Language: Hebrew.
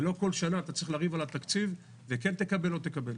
ולא כל שנה אתה צריך לריב על התקציב אם כן תקבל או לא תקבל.